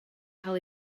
cael